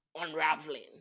unraveling